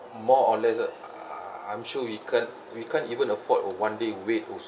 more or less ah I'm sure we can't we can't even afford a one day wait also